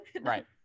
Right